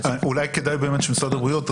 אולי כדאי שמשרד הבריאות יתייחס.